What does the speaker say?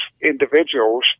individuals